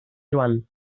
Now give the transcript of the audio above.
joan